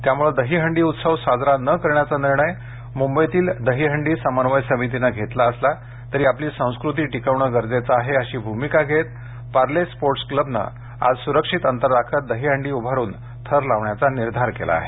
त्यामुळे दहीहंडी उत्सव साजरा न करण्याचा निर्णय मुंबईतील दहीहंडी समन्वय समितीने घेतला असला तरी आपली संस्कृती टिकवणं गरजेचं आहे अशी भूमिका घेत पार्ले स्पोर्ट्स क्लबनं आज सुरक्षित अंतर राखत दहिहंडी उभारून थर लावण्याचा निर्धार केला आहे